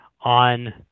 on